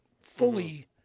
fully